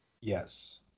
Yes